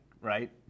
right